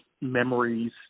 memories